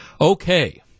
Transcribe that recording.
Okay